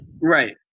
Right